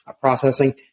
processing –